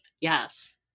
yes